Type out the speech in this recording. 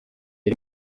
iri